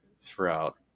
throughout